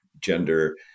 gender